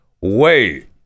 wait